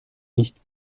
nicht